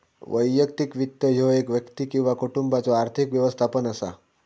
वैयक्तिक वित्त ह्यो एक व्यक्ती किंवा कुटुंबाचो आर्थिक व्यवस्थापन असा